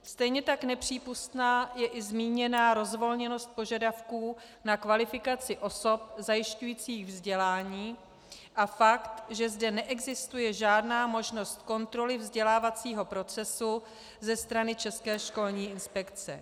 Stejně tak nepřípustná je i zmíněná rozvolněnost požadavků na kvalifikaci osob zajišťujících vzdělání a fakt, že zde neexistuje žádná možnost kontroly vzdělávacího procesu ze strany České školní inspekce.